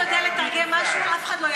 אם אתה לא יודע לתרגם משהו אף אחד לא ידע לתרגם.